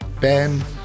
Ben